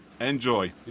Enjoy